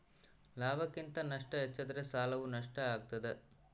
ಲಾಭಕ್ಕಿಂತ ನಷ್ಟ ಹೆಚ್ಚಾದರೆ ಸಾಲವು ನಷ್ಟ ಆಗ್ತಾದ